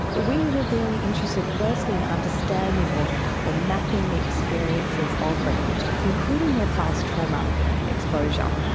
ah we were really interested first in understanding or or mapping the experiences of refugees, including their past trauma exposure.